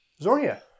Zornia